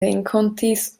renkontis